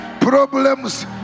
problems